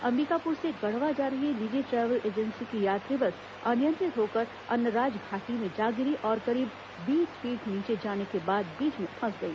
अंबिकापुर से गढ़वा जा रही निजी ट्रैव्हल एजेंसी की यात्री बस अनियंत्रित होकर अन्नराज घाटी में जा गिरी और करीब बीस फीट नीचे जाने के बाद बीच में फंस गई